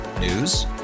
News